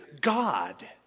God